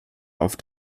auf